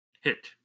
Hit